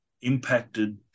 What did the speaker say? impacted